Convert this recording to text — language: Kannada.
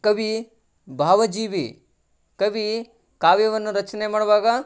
ಕವಿ ಭಾವ ಜೀವಿ ಕವಿ ಕಾವ್ಯವನ್ನು ರಚನೆ ಮಾಡುವಾಗ